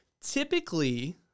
Typically